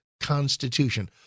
constitution